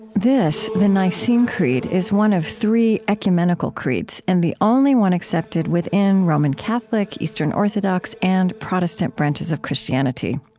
this, the nicene creed, is one of three ecumenical creeds and the only one accepted within roman catholic, eastern orthodox, and protestant branches of christianity.